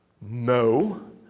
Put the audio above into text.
no